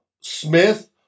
Smith